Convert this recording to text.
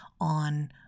on